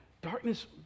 darkness